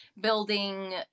building